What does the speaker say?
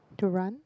to run